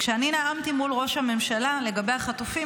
כשאני נאמתי מול ראש הממשלה לגבי החטופים,